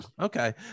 Okay